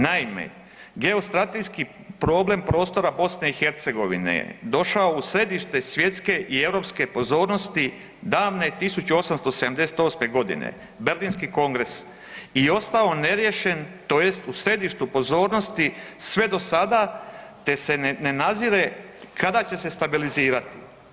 Naime, geostratejski problem prostora BiH je došao u središte svjetske i europske pozornosti davne 1878.g., Berlinski kongres i ostao neriješen tj. u središtu pozornosti sve do sada, te se ne nazire kada će se stabilizirati.